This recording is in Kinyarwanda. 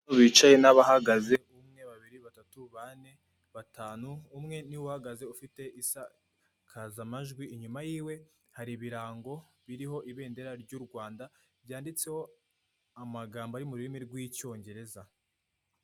Bicaye n'abahagaze umwe, babiri, batatu, bane, batanu. Umwe ni we uhagaze ufite isakazamajwi inyuma yiwe hari ibirango biriho ibendera ry'u Rwanda ryanditseho amagambo ari mururimi rw'Icyongereza.